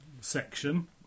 section